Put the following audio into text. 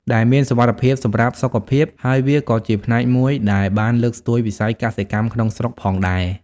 ដែលមានសុវត្ថិភាពសម្រាប់សុខភាព ហើយវាក៏ជាផ្នែកមួយដែលបានលើកស្ទួយវិស័យកសិកម្មក្នុងស្រុកផងដែរ។